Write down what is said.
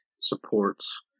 supports